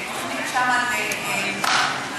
של תוכנית לאסירים,